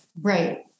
right